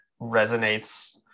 resonates